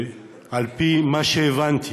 על-פי מה שהבנתי